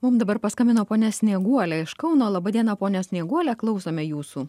mum dabar paskambino ponia snieguolė iš kauno laba diena ponia snieguole klausome jūsų